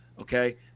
Okay